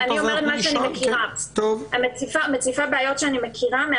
אני אומרת מה שאני מכירה, מציפה בעיות שאני מכירה.